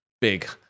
big